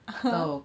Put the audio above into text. (uh huh)